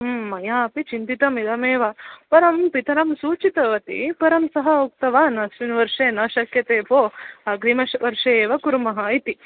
मयापि चिन्तितम् इदमेव परं पितरं सूचितवति परं सः उक्तवान् अस्मिन् वर्षे न शक्यते भो अग्रिम वर्षे एव कुर्मः इति